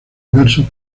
diversos